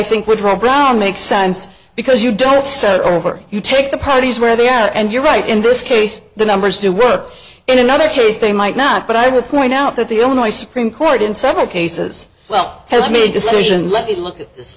think with rope around makes sense because you don't start over you take the parties where they are and you're right in this case the numbers do work in another case they might not but i would point out that the illinois supreme court in several cases well has made decisions let me look at this